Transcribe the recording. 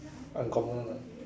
uncommon one ah